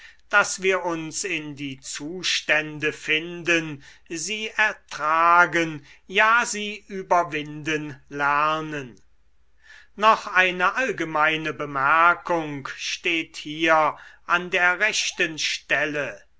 daß wir uns in die zustände finden sie ertragen ja sie überwinden lernen noch eine allgemeine bemerkung steht hier an der rechten stelle